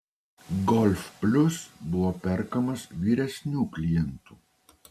golf plius buvo perkamas vyresnių klientų